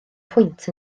pwynt